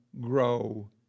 grow